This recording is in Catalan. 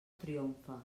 triomfa